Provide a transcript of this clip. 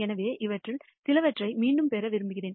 எனவே இவற்றில் சிலவற்றை மீண்டும் பெற விரும்புகிறேன்